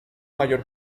mayor